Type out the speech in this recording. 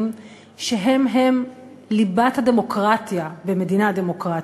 שהם הם ליבת הדמוקרטיה במדינה דמוקרטית,